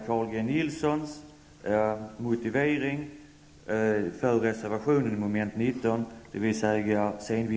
Jag vill också instämma i